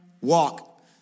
walk